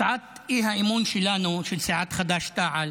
הצעת האי-אמון שלנו, של סיעת חד"ש-תע"ל,